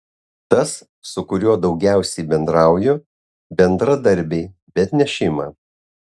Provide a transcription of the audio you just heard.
tas su kuriuo daugiausiai bendrauju bendradarbiai bet ne šeima